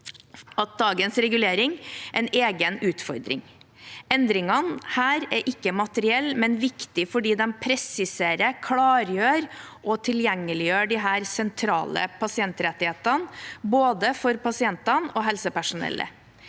dagens regulering er en egen utfordring. Disse endringene er ikke materielle, men viktige fordi de presiserer, klargjør og tilgjengeliggjør disse sentrale pasientrettighetene, både for pasientene og helsepersonellet.